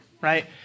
Right